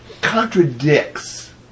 contradicts